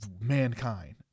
mankind